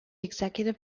executive